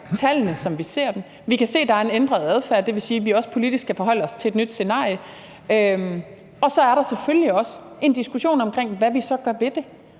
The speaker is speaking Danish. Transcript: tallene, som vi ser dem. Vi kan se, at der er en ændret adfærd, og det vil sige, at vi også politisk skal forholde os til et nyt scenarie. Og så er der selvfølgelig også en diskussion om, hvad vi så gør ved det.